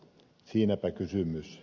siinäpä kysymys